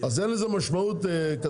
נראה לך שאין לזה משמעות כספית?